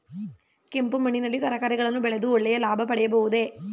ಕೆಂಪು ಮಣ್ಣಿನಲ್ಲಿ ತರಕಾರಿಗಳನ್ನು ಬೆಳೆದು ಒಳ್ಳೆಯ ಲಾಭ ಪಡೆಯಬಹುದೇ?